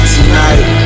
Tonight